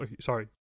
Sorry